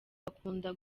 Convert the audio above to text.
bakunda